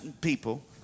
people